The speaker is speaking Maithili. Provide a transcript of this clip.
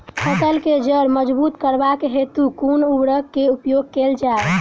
फसल केँ जड़ मजबूत करबाक हेतु कुन उर्वरक केँ प्रयोग कैल जाय?